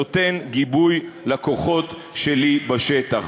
נותן גיבוי לכוחות שלי בשטח.